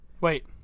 wait